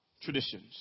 traditions